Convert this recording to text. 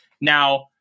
Now